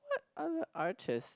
what other artists